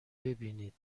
ببینید